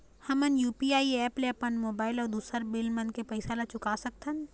हमन UPI app ले अपन मोबाइल अऊ दूसर बिल मन के पैसा ला चुका सकथन